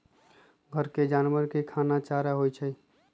घर के जानवर के खाना चारा होई छई